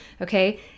Okay